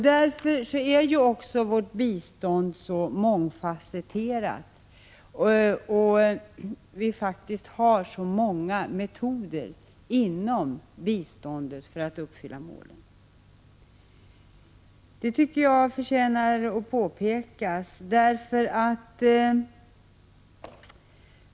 Därför är ju också vårt bistånd så mångfasetterat, därför har vi så många metoder inom biståndet för att uppnå målen. Detta tycker jag förtjänar att påpekas.